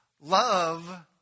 love